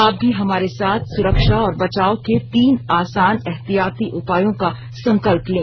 आप भी हमारे साथ सुरक्षा और बचाव के तीन आसान एहतियाती उपायों का संकल्प लें